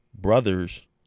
brothers